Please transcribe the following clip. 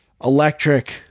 electric